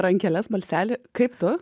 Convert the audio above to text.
rankeles balselį kaip tu